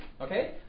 Okay